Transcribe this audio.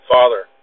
Father